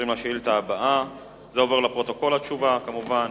והתשובה עוברת לפרוטוקול כמובן.